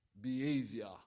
behavior